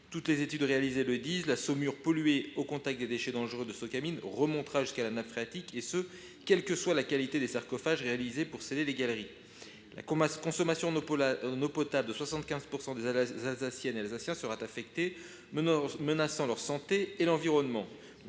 Toutes les études réalisées le disent : la saumure polluée au contact des déchets dangereux remontera jusqu’à la nappe phréatique, et ce quelle que soit la qualité des sarcophages réalisés pour sceller les galeries. La consommation en eau potable de 75 % des Alsaciennes et Alsaciens en sera affectée, menaçant leur santé et l’environnement.